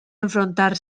enfrontar